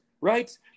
right